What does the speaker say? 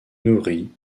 nourri